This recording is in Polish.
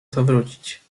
zawrócić